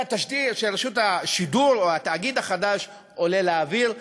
שרשות השידור או התאגיד החדש עולה לאוויר,